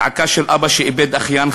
זעקה של אבא שאיבד אחיין,